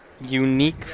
unique